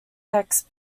tax